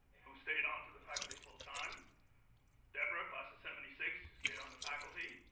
who stayed on to the faculty full-time deborah, class of seventy six, who stayed on the faculty,